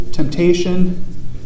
Temptation